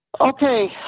Okay